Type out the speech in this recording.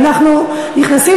זה מה שהוא אמר.